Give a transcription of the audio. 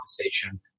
conversation